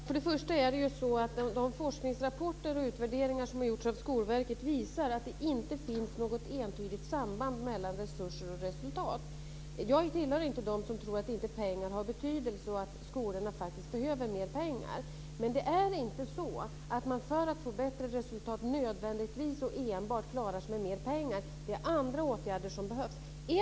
Fru talman! Först och främst visar de forskningsrapporter och utvärderingar som har gjorts av Skolverket att det inte finns något entydigt samband mellan resurser och resultat. Jag tillhör inte dem som tror att pengarna inte har betydelse och att skolorna inte behöver mer pengar, men det är inte så att man för att få bättre resultat nödvändigtvis och enbart klarar sig med mer pengar. Det är andra åtgärder som behövs.